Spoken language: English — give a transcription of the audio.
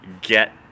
get